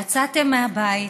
יצאתם מהבית,